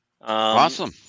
Awesome